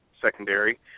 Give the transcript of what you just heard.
secondary